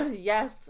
yes